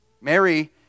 Mary